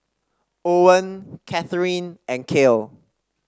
Owen Katherine and Cale